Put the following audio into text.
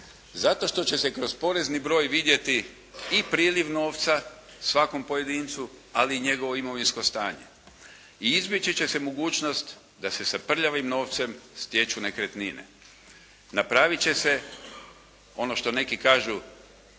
Zato što će se kroz porezni broj vidjeti i priliv novca svakom pojedincu ali i njegovo imovinsko stanje, i izbjeći će se mogućnost da se sa prljavim novcem stječu nekretnine. Napravit će se ono što neki kažu